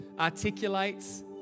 Articulates